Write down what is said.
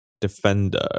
defender